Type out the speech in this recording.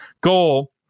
goal